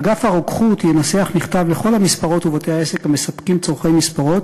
אגף הרוקחות ינסח מכתב לכל המספרות ובתי-העסק המספקים צורכי מספרות,